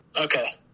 Okay